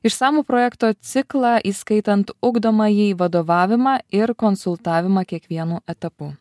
išsamų projekto ciklą įskaitant ugdomąjį vadovavimą ir konsultavimą kiekvienu etapu